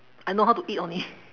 I know how to eat only